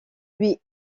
lui